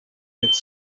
its